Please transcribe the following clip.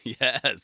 Yes